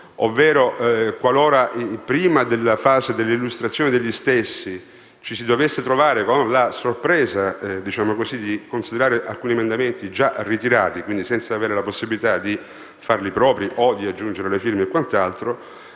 ovvero, qualora prima della fase dell'illustrazione degli stessi, ci si dovesse trovare con la sorpresa di considerare alcuni emendamenti già ritirati senza avere la possibilità di farli propri o aggiungere la firma,